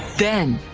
then,